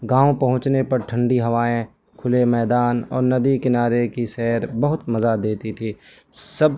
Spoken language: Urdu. گاؤں پہنچنے پر ٹھنڈی ہوائیں کھلے میدان اور ندی کنارے کی سیر بہت مزہ دیتی تھی سب